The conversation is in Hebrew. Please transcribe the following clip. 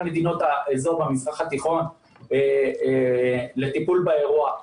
מדינות האזור והמזרח התיכון לטיפול באירוע,